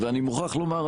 ואני מוכרח לומר,